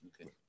Okay